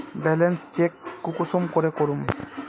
Balance check कुंसम करे करूम?